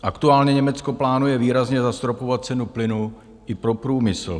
Aktuálně Německo plánuje výrazně zastropovat cenu plynu i pro průmysl.